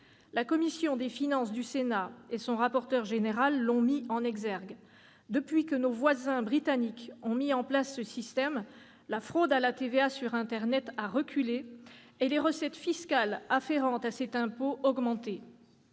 La commission des finances du Sénat et son rapporteur général l'ont souligné : depuis que nos voisins Britanniques ont mis en place ce système, la fraude à la TVA sur internet a reculé, tandis que les recettes fiscales afférentes à cet impôt ont augmenté.